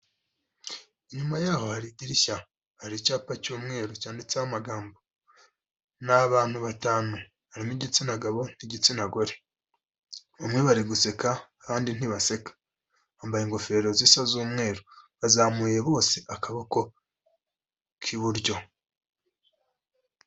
Inyuma yaho hari idirishya, hari icyapa cy'umweru cyanditseho amagambo, ni abantu batanu, harimo igitsina gabo n'igitsina gore, bamwe bari guseka kandi ntibaseka, bambaye ingofero zisa z'umweru, bazamuye bose akaboko k'iburyo.